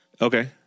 Okay